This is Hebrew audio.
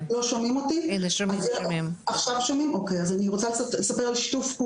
--- אני רוצה לספר קצת על שיתופי פעולה.